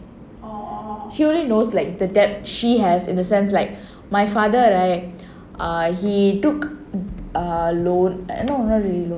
she only knows like the debt she has in the sense like my father right err he took a loan no not really loan